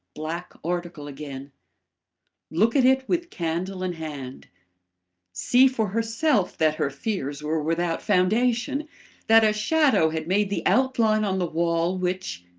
black article again look at it with candle in hand see for herself that her fears were without foundation that a shadow had made the outline on the wall which